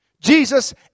Jesus